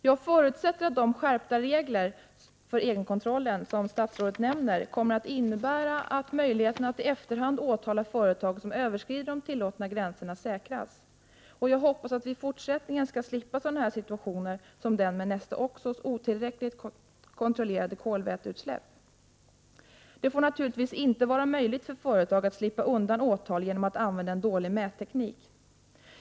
Jag förutsätter att de skärpningar av reglerna för egenkontrollen som statsrådet nämner kommer att innebära att möjligheterna att i efterhand åtala företag som överskrider de tillåtna gränserna säkras. Jag hoppas att vi i fortsättningen skall slippa sådana situationer som den med Neste Oxos otillräckligt kontrollerade kolväteutsläpp. Det får naturligtvis inte vara möjligt för företag att slippa undan åtal genom att använda en dålig mätteknik.